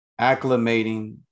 acclimating